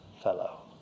fellow